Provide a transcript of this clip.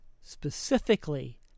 specifically